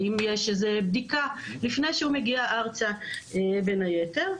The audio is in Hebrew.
האם יש איזו בדיקה לפני שהוא מגיע ארצה, בין היתר?